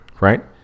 Right